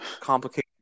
complicated